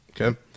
Okay